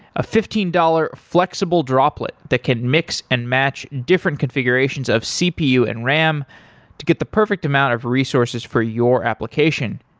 a fifteen dollars flexible droplet that can mix and match different configurations of cpu and ram to get the perfect amount of resources for your application.